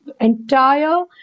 entire